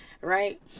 right